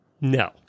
No